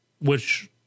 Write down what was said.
which-